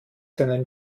seinen